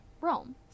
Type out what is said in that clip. Rome